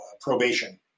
probation